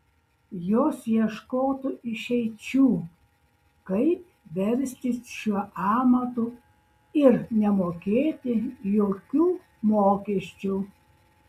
jos ieškotų išeičių kaip verstis šiuo amatu ir nemokėti jokių mokesčių